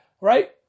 right